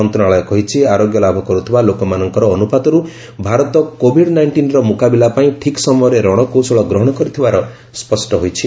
ମନ୍ତ୍ରଣାଳୟ କହିଛି ଆରୋଗ୍ୟ ଲାଭ କର୍ତ୍ତିବା ଲୋକମାନଙ୍କର ଅନୁପାତରୁ ଭାରତ କୋଭିଡ୍ ନାଇଷ୍ଟିନ୍ର ମୁକାବିଲା ପାଇଁ ଠିକ୍ ସମୟରେ ରଣକୌଶଳ ଗ୍ରହଣ କରିଥିବାର ସ୍ୱଷ୍ଟ ହୋଇଛି